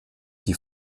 die